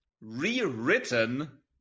rewritten